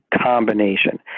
combination